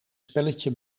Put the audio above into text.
spelletje